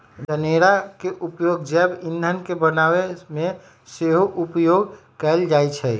जनेरा के उपयोग जैव ईंधन के बनाबे में सेहो उपयोग कएल जाइ छइ